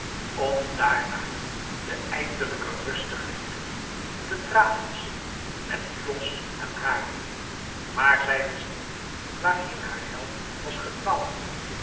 om daarna de eindelijke rust te genieten te thrachis met hyllos en haar maar zij wist niet waarheen haar held was gedwaald